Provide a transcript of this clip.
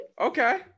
okay